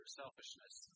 selfishness